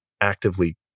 actively